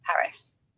Paris